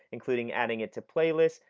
including adding it to playlist,